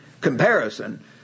comparison